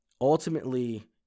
Ultimately